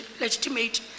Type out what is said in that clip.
legitimate